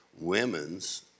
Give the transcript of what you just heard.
women's